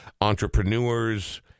entrepreneurs